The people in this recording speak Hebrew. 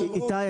איתי,